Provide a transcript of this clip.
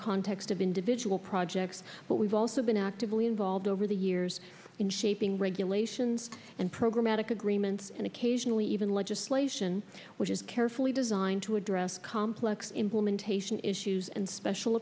context of individual projects but we've also been actively involved over the years in shaping regulations and programatic agreements and occasionally even legislation which is carefully designed to address complex implementation issues and special